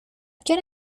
qué